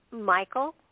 Michael